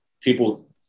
people